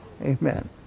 Amen